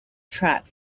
track